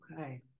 Okay